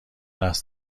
است